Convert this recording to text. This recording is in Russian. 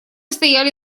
стояли